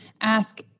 ask